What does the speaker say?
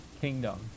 kingdom